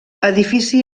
edifici